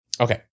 Okay